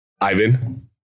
Ivan